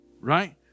Right